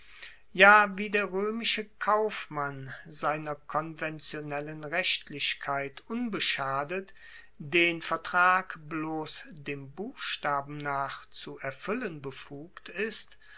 ja wie der roemische kaufmann seiner konventionellen rechtlichkeit unbeschadet den vertrag bloss dem buchstaben nach zu erfuellen befugt ist